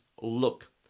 look